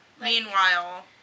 Meanwhile